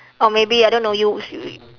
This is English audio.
or maybe I don't know you s~ you